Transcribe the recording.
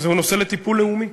וזה נושא לטיפול לאומי,